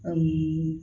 ଆଉ